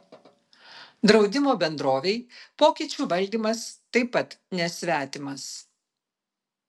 draudimo bendrovei pokyčių valdymas taip pat nesvetimas